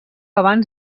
abans